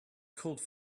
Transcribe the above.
code